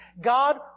God